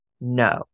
No